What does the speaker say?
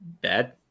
bad